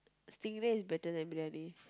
stingray is better than briyani